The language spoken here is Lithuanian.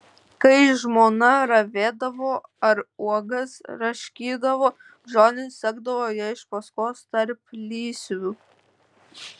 kai žmona ravėdavo ar uogas raškydavo džonis sekdavo ją iš paskos tarplysviu